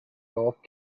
golf